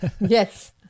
yes